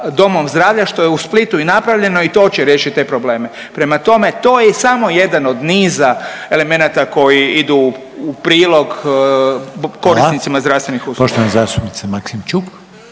domom zdravlja što je u Splitu i napravljeno i to će riješiti te probleme. Prema tome to je samo jedan od niza elemenata koji idu u prilog korisnicima zdravstvenih usluga.